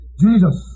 Jesus